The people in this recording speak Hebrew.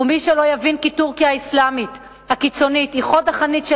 ומי שלא יבין כי טורקיה האסלאמית הקיצונית היא חוד החנית של